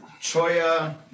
Choya